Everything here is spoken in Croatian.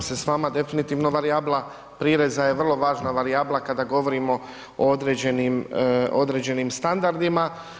Slažem se s vama, definitivno varijabla prireza je vrlo važna varijabla kada govorimo o određenim standardima.